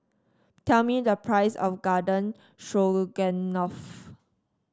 tell me the price of Garden Stroganoff